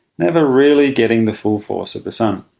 never really getting the full force of the sun.